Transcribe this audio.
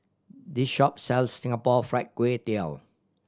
this shop sells Singapore Fried Kway Tiao